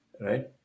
Right